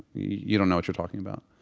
you don't know what you're talking about.